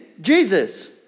Jesus